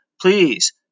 please